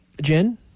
Jen